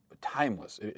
timeless